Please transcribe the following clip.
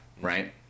right